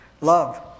love